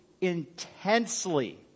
intensely